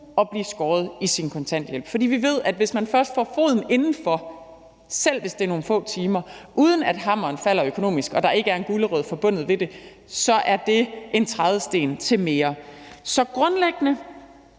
at blive skåret i sin kontanthjælp. For vi ved, at hvis man først får foden indenfor, selv hvis det er nogle få timer, uden at hammeren falder økonomisk og der ikke er en gulerod forbundet med det, så er det en trædesten til mere. Så grundlæggende